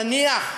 נניח,